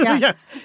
Yes